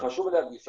חשוב להדגיש,